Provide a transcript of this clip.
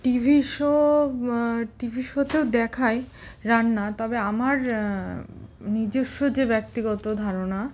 TV show TV শোতেও দেখায় রান্না তবে আমার নিজেস্ব যে ব্যক্তিগত ধারণা